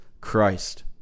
Christ